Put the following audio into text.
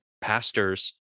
pastors